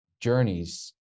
journeys